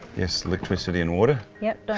yes, electricity and water yep,